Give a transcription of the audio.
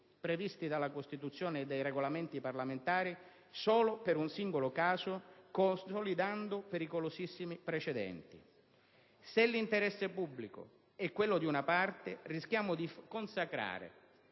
previsti dalla Costituzione e dai Regolamenti parlamentari solo per un singolo caso, consolidando pericolosissimi precedenti. Se l'interesse pubblico è quello di una parte, rischiamo di consacrare